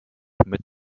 mit